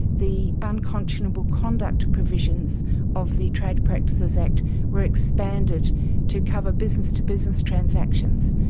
the unconscionable conduct provisions of the trade practices act were expanded to cover business-to-business transactions,